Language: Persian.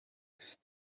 هست